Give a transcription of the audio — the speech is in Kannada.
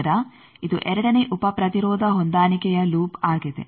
ನಂತರ ಇದು ಎರಡನೇ ಉಪ ಪ್ರತಿರೋಧ ಹೊಂದಾಣಿಕೆಯ ಲೂಪ್ ಆಗಿದೆ